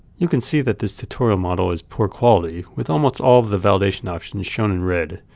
you can see that this tutorial model is poor quality, with almost all the validation options shown in red.